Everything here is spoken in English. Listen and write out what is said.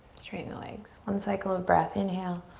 straighten the legs. one cycle of breath, inhale.